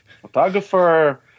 Photographer